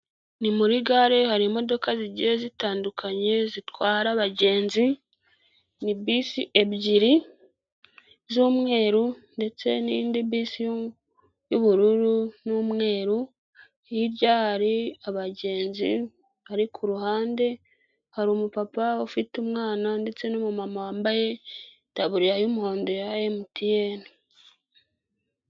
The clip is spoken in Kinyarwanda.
Ni muri gare hari imodoka zigiye zitandukanye zitwara abagenzi, ni bisi ebyiri z'umweru ndetse n'indi bisi y'ubururu n'umweru, hirya hari abagenzi bari ku ruhande, hari umupapa ufite umwana ndetse n'umuma wambaye itaburiya y'umuhondo ya Emutiyeni.